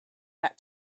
back